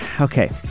okay